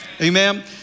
amen